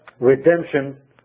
Redemption